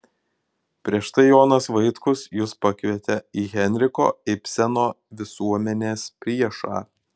prieš tai jonas vaitkus jus pakvietė į henriko ibseno visuomenės priešą